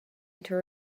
into